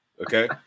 Okay